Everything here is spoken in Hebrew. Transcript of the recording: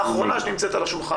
מה ההצעה האחרונה שנמצאת על השולחן